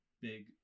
big